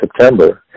September